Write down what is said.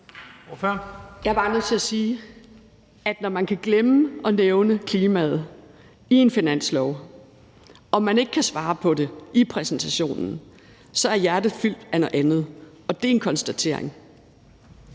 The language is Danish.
er bare nødt til at sige, at når man kan glemme at nævne klimaet i en finanslov og man ikke kan svare på det i præsentationen, så er hjertet fyldt af noget andet. Og det er en konstatering.